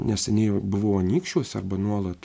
neseniai buvau anykščiuose arba nuolat